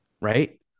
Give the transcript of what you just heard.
right